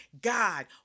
God